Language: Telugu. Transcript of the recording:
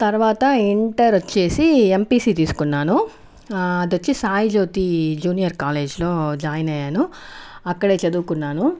తర్వాత ఇంటర్ వచ్చేసి ఎంపీసీ తీసుకున్నాను అది వచ్చేసి సాయిజ్యోతి జూనియర్ కాలేజ్లో జాయిన్ అయ్యాను అక్కడే చదువుకున్నాను